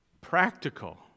practical